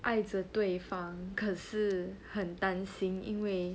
爱着对方可是很担心因为